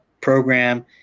program